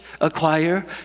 acquire